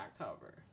October